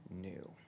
new